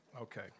Okay